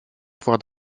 pouvoir